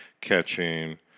catching